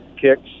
kicks